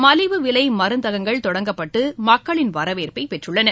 மலிவு விலை மருந்தகங்கள் தொடங்கப்பட்டு மக்களின் வரவேற்பை பெற்றுள்ளன